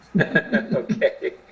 okay